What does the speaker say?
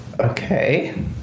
Okay